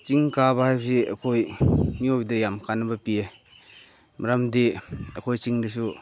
ꯆꯤꯡ ꯀꯥꯕ ꯍꯥꯏꯕꯁꯤ ꯑꯩꯈꯣꯏ ꯃꯤꯑꯣꯏꯕꯗ ꯌꯥꯝ ꯀꯥꯟꯅꯕ ꯄꯤꯌꯦ ꯃꯔꯝꯗꯤ ꯑꯩꯈꯣꯏ ꯆꯤꯡꯗꯁꯨ